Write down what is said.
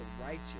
Righteous